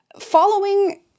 following